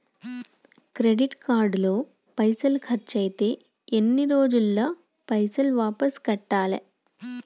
Credit card లో పైసల్ ఖర్చయితే ఎన్ని రోజులల్ల పైసల్ వాపస్ కట్టాలే?